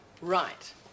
Right